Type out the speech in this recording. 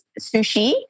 sushi